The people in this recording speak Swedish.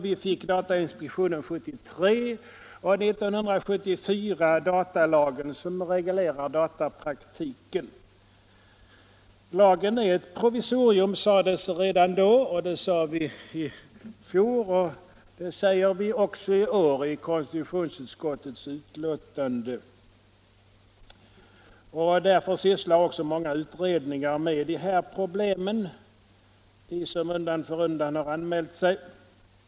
Vi fick datainspektionen 1973, och 1974 kom datalagen, som reglerar datapraktiken. Lagen är ett provisorium, sade vi redan i fjol och det säger vi också i år i konstitutionsutskottets betänkande. Därför sysslar också många utredningar med de här problemen, som undan för undan har anmält sig.